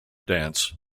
dance